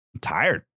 tired